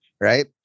Right